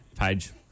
page